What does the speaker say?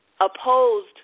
opposed